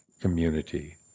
community